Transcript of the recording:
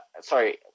sorry